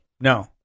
No